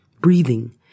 breathing